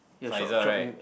Faizal right